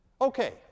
Okay